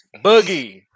Boogie